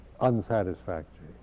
unsatisfactory